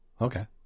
Okay